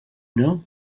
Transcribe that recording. know